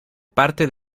parte